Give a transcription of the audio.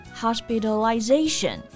hospitalization